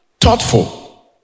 thoughtful